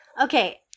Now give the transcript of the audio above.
Okay